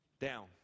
down